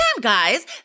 guys